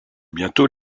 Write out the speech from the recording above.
bientôt